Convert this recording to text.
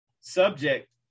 subject